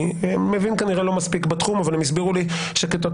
אני מבין כנראה לא מספיק בתחום אבל הם הסבירו לי שכתוצאה